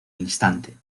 instante